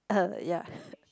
uh ya